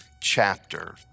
chapter